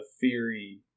theory